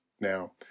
now